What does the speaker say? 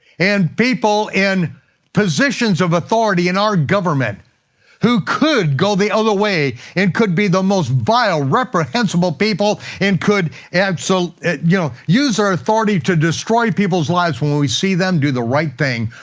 and people in positions of authority in our government who could go the other way, and could be the most vile, reprehensible people, and could and so you know use their authority to destroy people's lives, when when we see them do the right thing,